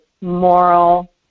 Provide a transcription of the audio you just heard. moral